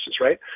right